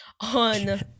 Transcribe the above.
on